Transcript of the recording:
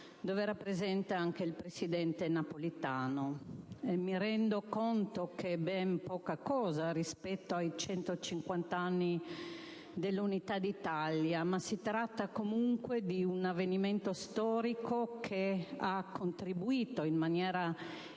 quale ha partecipato anche il presidente Napolitano. Mi rendo conto che è ben poca cosa rispetto ai 150 anni dell'Unità d'Italia, ma si tratta comunque di un avvenimento storico che ha contribuito in maniera determinante